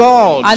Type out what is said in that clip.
God